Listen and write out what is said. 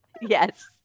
yes